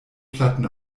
platten